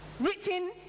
written